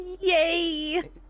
Yay